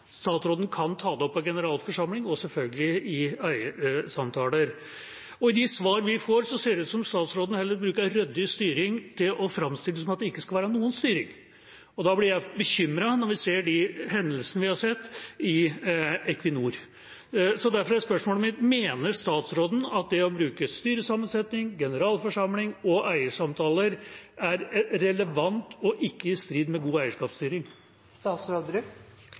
statsråden kan ta det opp på generalforsamling og selvfølgelig i eiersamtaler. I de svar vi får, ser det ut som om statsråden heller bruker ryddig styring til å framstille det som at det ikke skal være noen styring. Da blir jeg bekymret, når vi ser de hendelsene vi har sett i Equinor. Derfor er spørsmålet mitt: Mener statsråden at det å bruke styresammensetning, generalforsamling og eiersamtaler er relevant og ikke i strid med god eierskapsstyring?